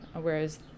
whereas